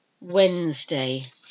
Wednesday